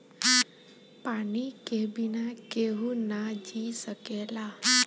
पानी के बिना केहू ना जी सकेला